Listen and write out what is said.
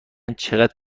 چقد